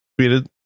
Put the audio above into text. tweeted